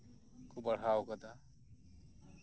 ᱠᱚ ᱵᱟᱲᱦᱟᱣ ᱟᱠᱟᱫᱟ